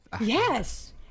Yes